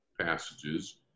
passages